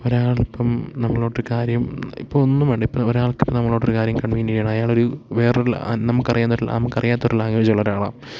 ഒരാളിപ്പം നമ്മളോട്ട് കാര്യം ഇപ്പോൾ ഒന്നും വേണ്ട ഇപ്പോൾ ഒരാൾക്ക് ഇപ്പം നമ്മളോടൊരു കാര്യം കൺവീൻ ചെയ്യണം അയാളൊരു വേറൊരു നമുക്കറിയാവുന്നൊരു നമുക്കറിയാത്തൊരു ലാംഗ്വേജുള്ള ഒരാളാണ്